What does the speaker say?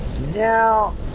now